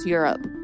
Europe